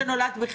חוק שנולד בחטא.